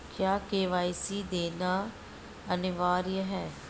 क्या के.वाई.सी देना अनिवार्य है?